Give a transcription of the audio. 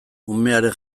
umearen